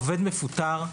עובד מפוטר,